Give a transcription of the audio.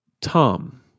Tom